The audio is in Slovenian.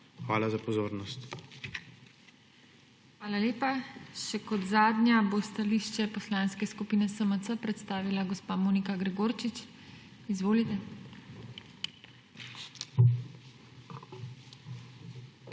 TINA HEFERLE: Hvala lepa. Kot zadnja bo stališče Poslanske skupine SMC predstavila gospa Monika Gregorčič. Izvolite.